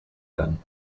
then